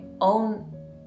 own